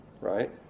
right